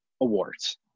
awards